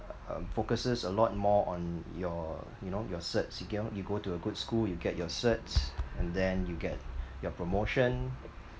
um focuses a lot more on your you know your cert you go to a good school you get your certs and then you get your promotion